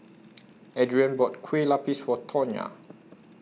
Adriane bought Kueh Lapis For Tawnya